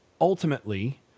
ultimately